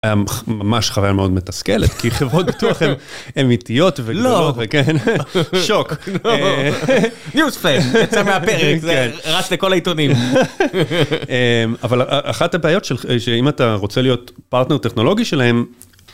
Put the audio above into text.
היה ממש חוויה מאוד מתסכלת, כי חברות ביטוח הן אמיתיות וגדולות וכן, שוק. Newsflash, יצא מהפרק, זה רץ בכל העיתונים. אבל אחת הבעיות שלך, שאם אתה רוצה להיות פרטנר טכנולוגי שלהם...